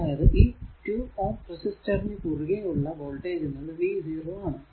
അതായതു ഈ 2Ω റെസിസ്റ്ററിനു കുറുകെ ഉള്ള വോൾടേജ് എന്നത് v 0 ആണ്